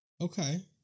Okay